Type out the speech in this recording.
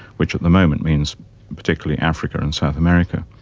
which at the moment means particularly africa and south america.